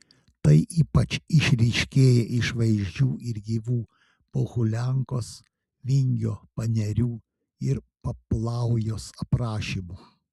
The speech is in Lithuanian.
tai ypač išryškėja iš vaizdžių ir gyvų pohuliankos vingio panerių ir paplaujos aprašymų